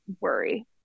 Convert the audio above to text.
worry